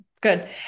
Good